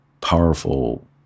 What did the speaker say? powerful